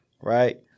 Right